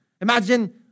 Imagine